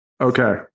Okay